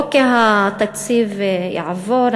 כי התקציב יעבור,